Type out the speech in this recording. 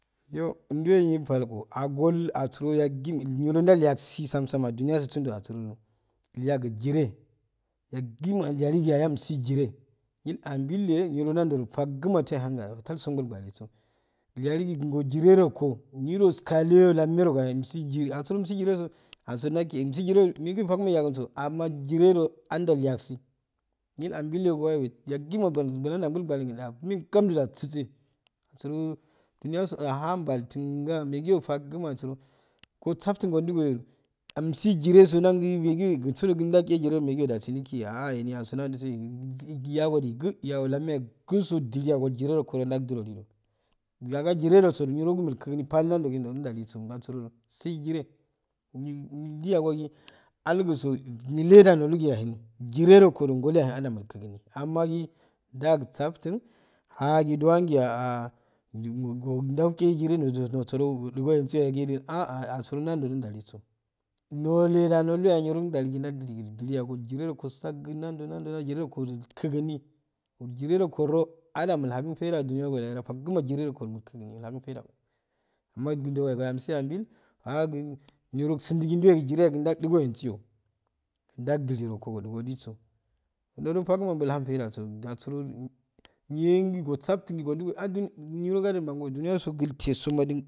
Iyo induwe nyi palko agol aguro yagima niro ndal yagusu tsam tsam ah dunyiaso sundo asurosu ilygu jire yagima ilyali gi ayah misu jiro nuil ambilyye niro ndau dudo faguma tehehun aah taltsongol gwaneso ilyalugi jirerenko nirol skkayo lamyerogo migu jire lamycocoenge yageh asuro migu jire meguyo fa gua iya gunggo amma jire anddal ilyagugi nyil ambbille gowayeh yeggima gol bulan ndiwangol golgwanengu amehe nngamddu atsutse asuro duniya su ahan baltu nga meguyo faguma aswro gossafttun gondugohedo misi jire so ndangi megiyoye gongodu megi yoye dasi ndigi ahha eniyaso naudi si igigu gi iyago gi lamma kinggo diniyagol jirerengo da ndaw didonu doh wega jirerogo niro nigro milkukumi pal nando naddodo ndaliso ilgamsudo sayi jire ninyagogi alguso niylleda nolu yahey jire renko du ngoleyahoy milkukuni amma gi ndafssaftun ahh gi duwangiyah al ndawgu jije gu noso do udugo eensuye aah nando ndali so no leda nolu yaye niro ndaligu ndalagi diniyagol jizeroko sakgu nanju nando jire ronko jo ilkukun jirerokodo adam ilhekun faida dumiya ngo lahura fakguma jize ronko milkukuni ilhakun faidda kol amma gu ndawangiya mbil aha gu niro usundu gn nduwe jiregi ndaudngo ensu ooh ndajiroko ko jo go ndo do fagu bulhun faidda go dasuro nya gufsafttun gu gondigihn ahl niro gode mangoyo jubiya so giltesoma.